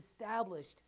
established